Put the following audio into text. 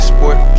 Sport